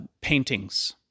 paintings